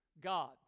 God